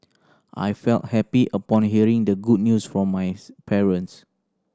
I felt happy upon hearing the good news from my parents